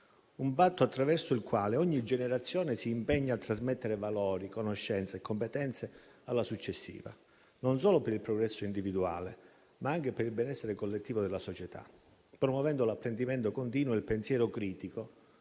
Un patto attraverso il quale ogni generazione si impegna a trasmettere valori, conoscenza e competenze alla successiva, non solo per il progresso individuale, ma anche per il benessere collettivo della società, promuovendo l'apprendimento continuo e il pensiero critico